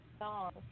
songs